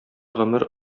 гомер